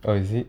oh is it